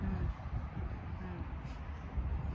হুম হুম